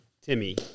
Timmy